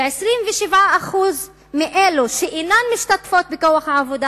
27% מאלו שאינן משתתפות בכוח העבודה